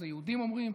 זה יהודים אומרים,